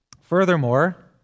Furthermore